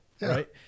right